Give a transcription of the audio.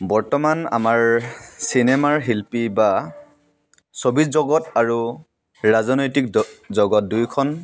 বৰ্তমান আমাৰ চিনেমাৰ শিল্পী বা ছবি জগত আৰু ৰাজনৈতিক জগত দুইখন